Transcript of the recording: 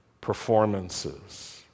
performances